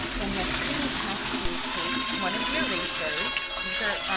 then the student has to take one of the erasers, these are,